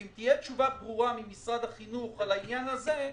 ואם תהיה תשובה ברורה על העניין הזה,